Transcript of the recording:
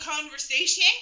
conversation